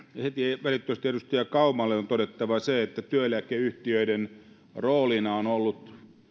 heti välittömästi edustaja kaumalle on todettava se että työeläkeyhtiöiden roolina on ollut